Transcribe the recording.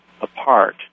apart